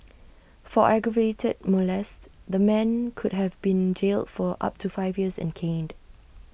for aggravated molest the man could have been jailed for up to five years and caned